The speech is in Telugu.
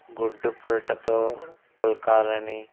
గుడ్డు పుల్టతో పుల్కాలని